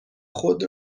خود